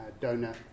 donor